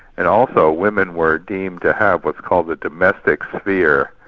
and also women were deemed to have what's called the domestic sphere.